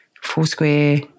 Foursquare